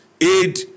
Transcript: aid